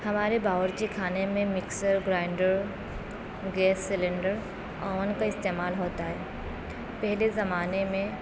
ہمارے باورچی خانے میں mixer grinder gas cylinder oven کا استعمال ہوتا ہے پہلے زمانے میں